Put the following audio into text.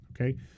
Okay